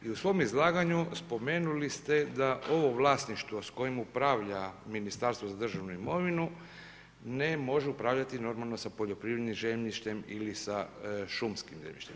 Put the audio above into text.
I u svom izlaganju spomenuli ste da ovo vlasništvo sa kojim upravlja Ministarstvo za državnu imovinu ne može upravljati normalno sa poljoprivrednim zemljištem ili sa šumskim zemljištem.